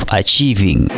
achieving